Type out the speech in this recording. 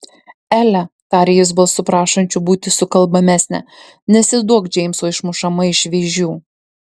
ele tarė jis balsu prašančiu būti sukalbamesnę nesiduok džeimso išmušama iš vėžių